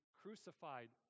crucified